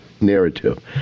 narrative